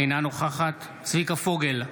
אינה נוכחת צביקה פוגל,